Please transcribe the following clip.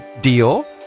deal